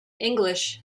english